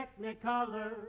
Technicolor